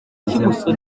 byiza